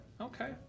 Okay